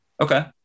Okay